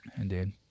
Indeed